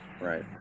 Right